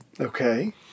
Okay